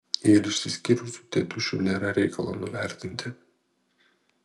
ir išsiskyrusių tėtušių nėra reikalo nuvertinti